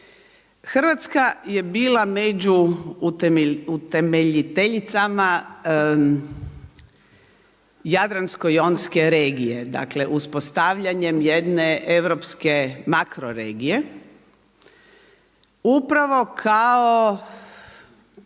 Hrvatska je bila među utemeljiteljicama Jadransko-jonske regije, dakle uspostavljanjem jedne europske makroregije upravo kao